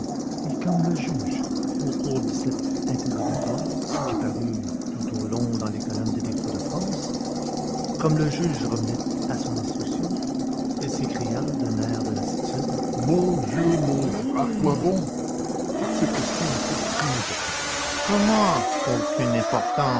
et comme le juge au cours de cet interrogatoire qui parut tout au long dans les colonnes de l'écho de france comme le juge revenait à son instruction il s'écria d'un air de lassitude mon dieu mon dieu à quoi bon toutes ces questions n'ont aucune importance comment aucune importance